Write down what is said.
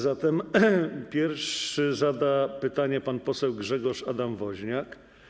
Zatem pierwszy zada pytanie pan poseł Grzegorz Adam Woźniak.